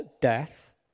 death